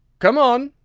come on!